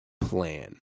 plan